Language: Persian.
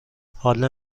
حالا